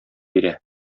бирә